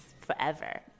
forever